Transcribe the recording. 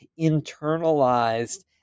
internalized